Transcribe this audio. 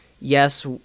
Yes